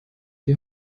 die